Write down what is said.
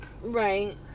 Right